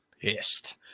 pissed